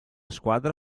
squadra